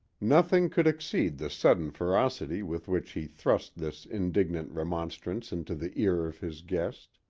nothing could exceed the sudden ferocity with which he thrust this indignant remonstrance into the ear of his guest.